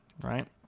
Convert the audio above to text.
right